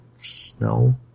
snow